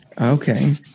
Okay